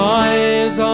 eyes